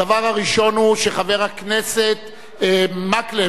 הדבר הראשון הוא שחבר הכנסת מקלב,